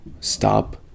stop